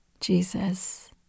Jesus